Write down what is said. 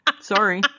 Sorry